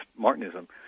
Martinism